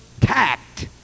tact